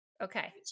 Okay